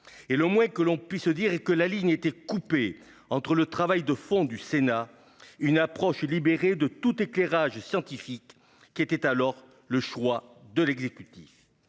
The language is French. Le moins que l'on puisse dire, c'est que la ligne était coupée entre le travail de fond du Sénat et une approche libérée de tout éclairage scientifique, qui était alors le choix de l'exécutif.